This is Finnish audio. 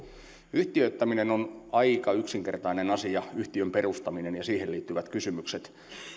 yhtiöittäminen on aika yksinkertainen asia yhtiön perustaminen ja siihen liittyvät kysymykset